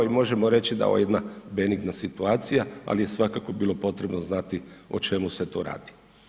I možemo reći da je ovo jedna benigna situacija, ali je svakako bilo potrebno znati o čemu se tu radi.